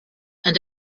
and